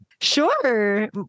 Sure